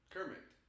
Kermit